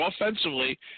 offensively